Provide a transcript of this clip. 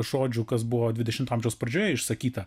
žodžių kas buvo dvidešimto amžiaus pradžioje išsakyta